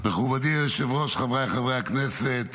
מכובדי היושב-ראש, חבריי חברי הכנסת,